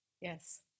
Yes